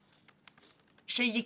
כמי שהוא חלק מן המשימה הזו,